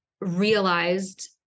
realized